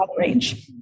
range